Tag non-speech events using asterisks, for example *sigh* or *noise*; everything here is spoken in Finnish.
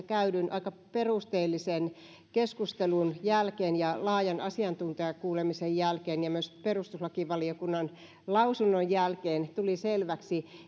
*unintelligible* käydyn aika perusteellisen keskustelun jälkeen ja laajan asiantuntijakuulemisen jälkeen ja myös perustuslakivaliokunnan lausunnon jälkeen tuli selväksi *unintelligible*